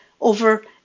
over